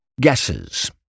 Guesses